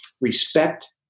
respect